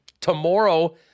Tomorrow